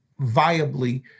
viably